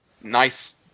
nice